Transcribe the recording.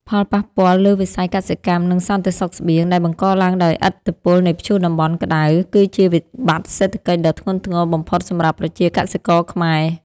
ផលប៉ះពាល់លើវិស័យកសិកម្ម និងសន្តិសុខស្បៀង ដែលបង្កឡើងដោយឥទ្ធិពលនៃព្យុះតំបន់ក្ដៅ គឺជាវិបត្តិសេដ្ឋកិច្ចដ៏ធ្ងន់ធ្ងរបំផុតសម្រាប់ប្រជាកសិករខ្មែរ។